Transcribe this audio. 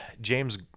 James